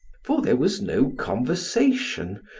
for there was no conversation,